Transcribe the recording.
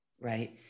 right